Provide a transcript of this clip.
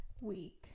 week